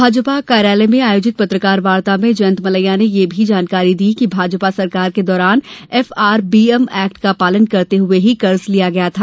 BJP कार्यालय में आयोजित पत्रकार वार्ता में जयंत मलैया ने यह भी जानकारी दी कि बीजेपी सरकार के दौरान एफआरबीएम एक्ट का पालन करते हुए ही कर्ज लिया गया था